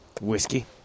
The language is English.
Whiskey